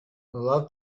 love